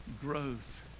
Growth